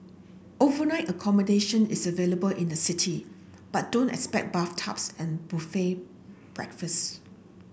overnight accommodation is available in the city but don't expect bathtubs and buffet breakfast